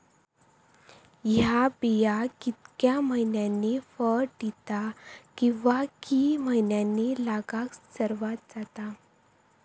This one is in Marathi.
हया बिया कितक्या मैन्यानी फळ दिता कीवा की मैन्यानी लागाक सर्वात जाता?